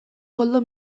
koldo